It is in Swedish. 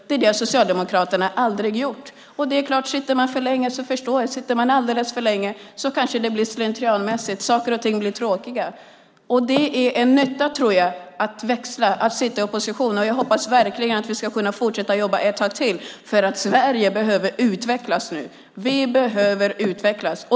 Det är det Socialdemokraterna aldrig gjort. Jag förstår att sitter man alldeles för länge blir det slentrianmässigt. Saker och ting blir tråkiga. Det är nyttigt, tror jag, att växla, att sitta i opposition. Jag hoppas verkligen att vi ska kunna fortsätta att jobba ett tag till, för Sverige behöver utvecklas nu. Vi behöver utvecklas.